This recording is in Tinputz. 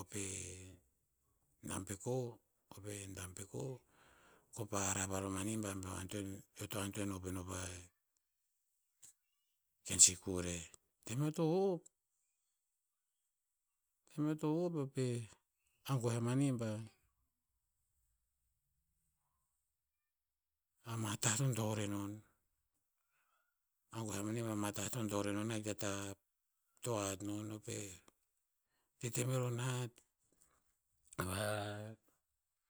o pe dampeko, o pe dampeko, ko pa hara varo mani ba beo antoen eo to antoen hop eno pa ken sikur eh. Tem eo to hop, tem eo to hop eo pa-'eh, agoeh a mani bah, ama tah to dor enon. Agoeh a mani ba matah to dor enon ahik ta tah to hat non. Eo pa'eh